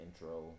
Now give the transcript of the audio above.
intro